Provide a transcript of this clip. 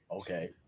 Okay